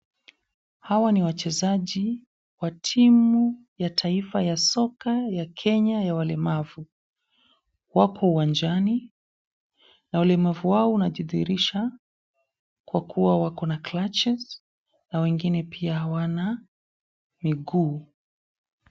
Hawa ni wachezaji wa timu ya taifa soka ya Kenya ya walemavu wapo uwanjani na ulemavu wao unajidhihirisha kwa kuwa wako na crutches na wengine pia hawana miguu.